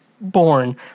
born